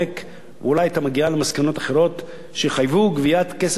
ואולי תגיע למסקנות אחרות שיחייבו גביית כסף הרבה יותר גדול.